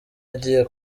agiye